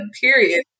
period